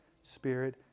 Spirit